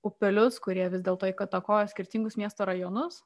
upelius kurie vis dėl to įtakoja skirtingus miesto rajonus